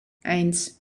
eins